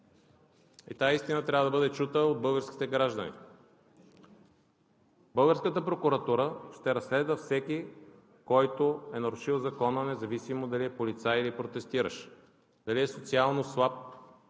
и тази истина трябва да бъде чута от българските граждани. Българската прокуратура ще разследва всеки, който е нарушил закона, независимо дали е полицай или протестиращ, дали е социално слаб